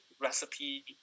recipe